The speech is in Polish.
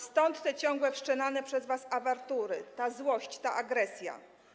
Stąd te ciągłe wszczynane przez was awantury, ta złość, ta agresja.